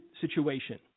situation